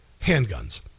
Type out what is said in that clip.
handguns